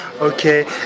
Okay